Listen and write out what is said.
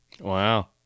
Wow